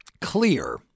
clear